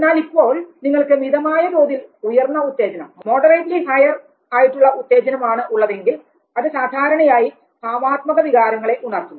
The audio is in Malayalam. എന്നാൽ ഇപ്പോൾ നിങ്ങൾക്ക് മിതമായ തോതിൽ ഉയർന്ന ഉത്തേജനം ആണ് ഉള്ളതെങ്കിൽ അത് സാധാരണയായി ഭാവാത്മക വികാരങ്ങളെ ഉണർത്തുന്നു